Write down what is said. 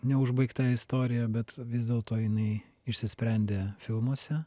neužbaigta istorija bet vis dėlto jinai išsisprendė filmuose